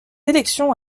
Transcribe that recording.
élection